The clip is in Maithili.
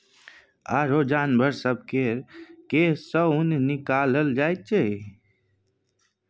आरो जानबर सब केर केश सँ ऊन निकालल जाइ छै